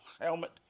helmet